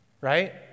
right